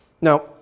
Now